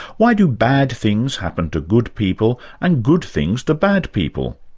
why do bad things happen to good people and good things to bad people?